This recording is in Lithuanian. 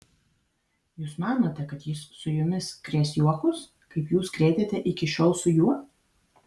jūs manote kad jis su jumis krės juokus kaip jūs krėtėte iki šiol su juo